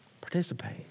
Participate